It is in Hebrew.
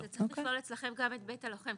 אבל זה צריך לכלול אצלכם גם את בית הלוחם,